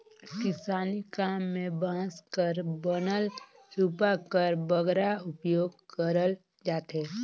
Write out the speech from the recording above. किसानी काम मे बांस कर बनल सूपा कर बगरा उपियोग करल जाथे